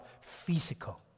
physical